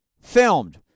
filmed